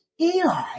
Eli